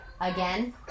Again